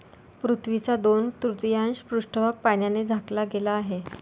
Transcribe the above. पृथ्वीचा दोन तृतीयांश पृष्ठभाग पाण्याने झाकला गेला आहे